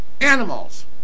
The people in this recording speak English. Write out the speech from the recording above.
animals